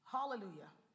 Hallelujah